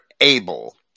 able